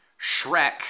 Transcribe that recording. Shrek